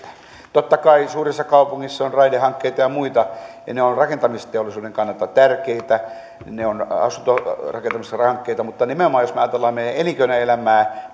totta kai suurissa kaupungeissa on raidehankkeita ja muita ja ne ovat rakentamisteollisuuden kannalta tärkeitä ne ovat asuntorakentamishankkeita mutta nimenomaan jos ajattelemme meidän elinkeinoelämäämme